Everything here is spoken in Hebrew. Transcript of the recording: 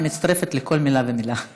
אני מצטרפת לכל מילה ומילה.